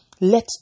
let